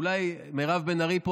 אולי מירב בן ארי פה,